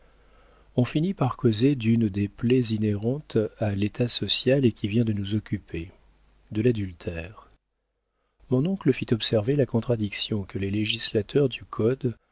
on finit par causer d'une des plaies inhérentes à l'état social et qui vient de nous occuper de l'adultère mon oncle fit observer la contradiction que les législateurs du code